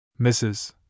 Mrs